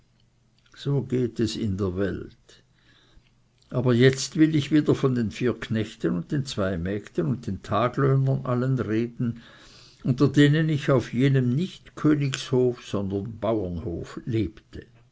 so geht es in der welt aber jetzt will ich wieder von den vier knechten und den zwei mägden und den taglöhnern allen reden unter denen ich auf jenem nicht königshof sondern bauernhof lebte